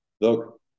look